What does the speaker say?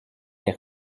les